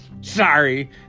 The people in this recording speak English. sorry